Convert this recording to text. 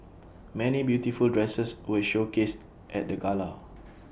many beautiful dresses were showcased at the gala